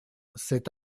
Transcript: cet